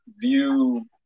view